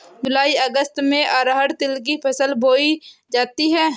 जूलाई अगस्त में अरहर तिल की फसल बोई जाती हैं